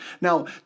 Now